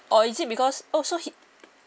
or is it because oh so he